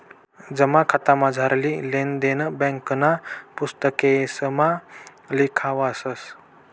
जमा खातामझारली लेन देन ब्यांकना पुस्तकेसमा लिखावस